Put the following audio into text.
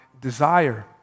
desire